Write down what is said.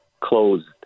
closed